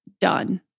done